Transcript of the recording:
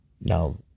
Now